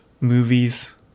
movies